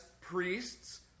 priests